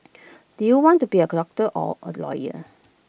do you want to become A doctor or A lawyer